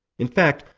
in fact,